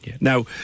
Now